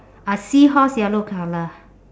a seahorse yellow colour